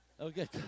okay